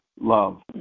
love